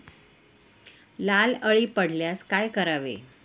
लाल अळी पडल्यास काय करावे?